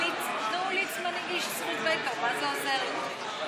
נו, ליצמן הגיש זכות וטו, מה זה עוזר לו?